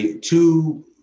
two